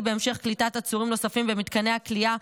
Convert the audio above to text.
בהמשך קליטת עצורים נוספים במתקני הכליאה,